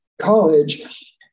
college